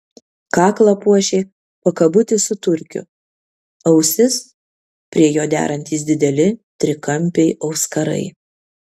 kaklą puošė pakabutis su turkiu ausis prie jo derantys dideli trikampiai auskarai